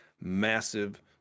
massive